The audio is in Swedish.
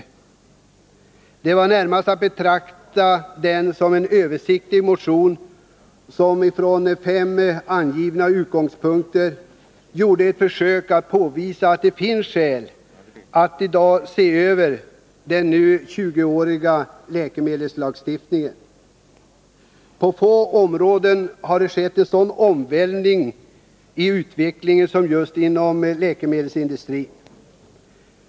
Motionen är närmast att betrakta som en översiktlig motion, i vilken vi från fem angivna utgångspunkter gör ett försök att påvisa att det finns skäl att i dag se över den nu 20-åriga läkemedelslagstiftningen. På få områden har det skett en så omvälvande utveckling som just inom läkemedelsindustrin.